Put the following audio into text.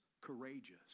courageous